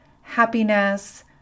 happiness